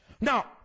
Now